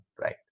right